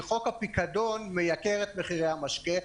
שחוק הפיקדון מייקר את מחירי המשקה.